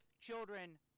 children